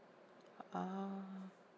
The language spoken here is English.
ah